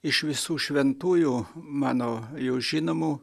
iš visų šventųjų mano jau žinomų